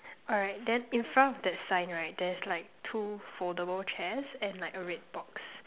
alright then in front of that sign right there's like two foldable chairs and like a red box